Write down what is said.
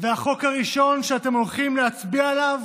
והחוק הראשון שאתם הולכים להצביע עליו